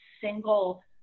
single